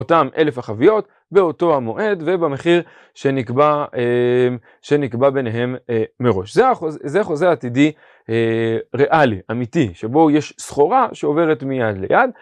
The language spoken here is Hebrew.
אותם אלף החביות באותו המועד ובמחיר שנקבע ביניהם מראש. זה חוזה עתידי ריאלי, אמיתי, שבו יש סחורה שעוברת מיד ליד.